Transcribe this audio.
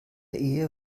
ehe